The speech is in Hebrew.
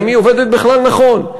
האם היא עובדת בכלל נכון?